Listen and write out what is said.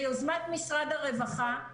ביוזמת משרד הרווחה,